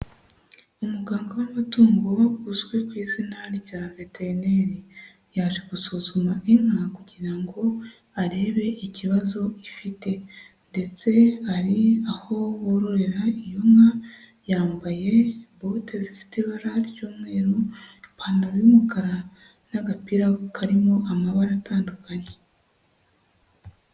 Umuganga w'amatungo uzwi ku izina rya veterineri, yaje gusuzuma inka kugira ngo arebe ikibazo ifite, ndetse ari aho bororera iyo nka, yambaye bote zifite ibara ry'umweru, ipantaro y'umukara n'agapira karimo amabara atandukanye.